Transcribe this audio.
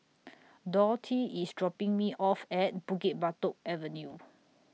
Dorthy IS dropping Me off At Bukit Batok Avenue